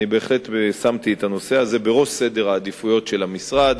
אני בהחלט שמתי את הנושא הזה בראש סדר העדיפויות של המשרד.